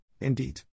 Indeed